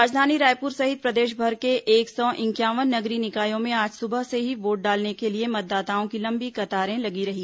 राजधानी रायपुर सहित प्रदेशभर के एक सौ इंक्यावन नगरीय निकायों में आज सुबह से ही वोट डालने के लिए मतदाताओं की लंबी कतारें लगी रही